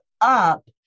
up